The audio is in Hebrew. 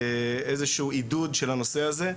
איזשהו עידוד של הנושא הזה,